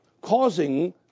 causing